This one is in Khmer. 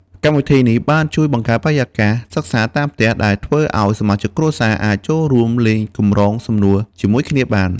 កម្មវិធីនេះបានជួយបង្កើតបរិយាកាសសិក្សាតាមផ្ទះ ដែលធ្វើឲ្យសមាជិកគ្រួសារអាចចូលរួមលេងកម្រងសំណួរជាមួយគ្នាបាន។